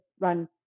run